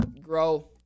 grow